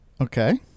Okay